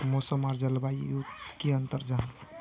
मौसम आर जलवायु युत की अंतर जाहा?